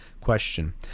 question